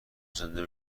زنده